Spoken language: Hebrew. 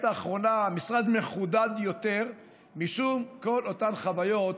האחרונה המשרד מחודד יותר בשל כל אותן חוויות